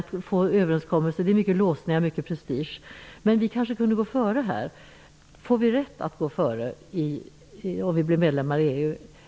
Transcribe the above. Det finns många låsningar och mycket prestige. Får vi rätt att gå före om vi blir medlemmar i EU?